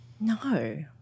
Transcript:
No